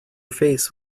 face